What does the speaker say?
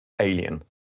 Alien